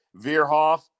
Veerhoff